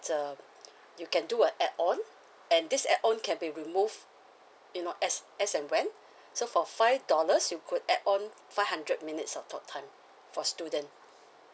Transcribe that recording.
uh you can do a add on and this add on can be removed you know as as and when so for five dollars you could add on five hundred minutes of talk time for student